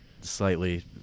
slightly